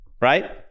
Right